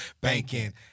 banking